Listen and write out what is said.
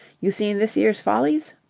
you seen this year's follies?